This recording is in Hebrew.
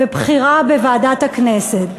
ובחירה בוועדת הכנסת.